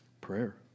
prayer